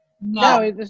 No